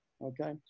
Okay